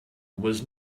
was